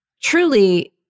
truly